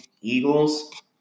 Eagles